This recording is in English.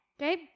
okay